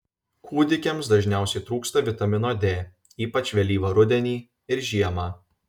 kūdikiams dažniausiai trūksta vitamino d ypač vėlyvą rudenį ir žiemą